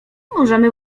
możemy